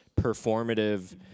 performative